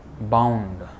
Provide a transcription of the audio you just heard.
Bound